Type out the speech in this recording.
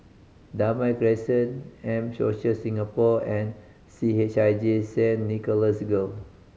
Damai Crescent M Social Singapore and C H I J Saint Nicholas Girl